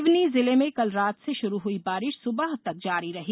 सिवनी जिले में कल रात से शुरू हई बारिश सुबह तक जारी रही